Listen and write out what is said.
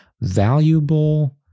valuable